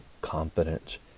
confidence